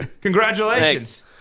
Congratulations